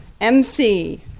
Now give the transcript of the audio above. MC